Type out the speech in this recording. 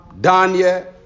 Daniel